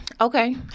okay